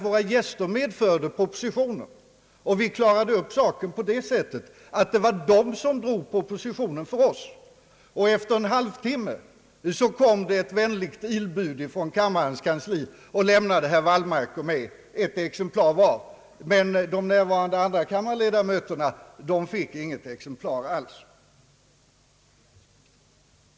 Våra gäster medförde nämligen propositionen, och vi klarade upp saken så att gästerna drog propositionen för oss. Efter en halv timme kom det ett vänligt ilbud från kammarens kansli och lämnade herr Wallmark och mig ett exemplar var av propositionen, men de närvarande andrakammarledamöterna fick vara utan.